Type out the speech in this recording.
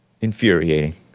Infuriating